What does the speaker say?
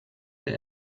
der